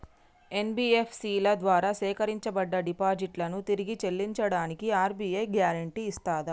NBFC ల ద్వారా సేకరించబడ్డ డిపాజిట్లను తిరిగి చెల్లించడానికి ఆర్.బి.ఐ గ్యారెంటీ ఇస్తదా?